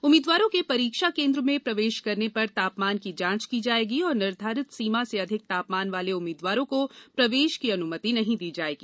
उम्मीदवारों के परीक्षा केन्द्र में प्रवेश करने पर तापमान की जांच की जाएगी और निर्घारित सीमा से अधिक तापमान वाले उम्मीदवारों को प्रवेश की अनुमति नहीं दी जाएगी